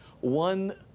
one